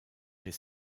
les